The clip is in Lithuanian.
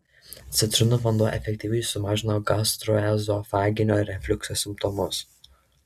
citrinų vanduo efektyviai sumažina gastroezofaginio refliukso simptomus